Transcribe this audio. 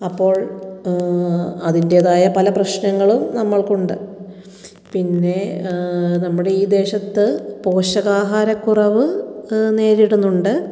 അപ്പോൾ അതിന്റേതായ പല പ്രശ്നങ്ങളും നമ്മൾക്കുണ്ട് പിന്നെ നമ്മുടെ ഈ ദേശത്ത് പോഷക ആഹാര കുറവ് നേരിടുന്നുണ്ട്